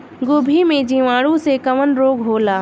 गोभी में जीवाणु से कवन रोग होला?